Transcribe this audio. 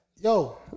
Yo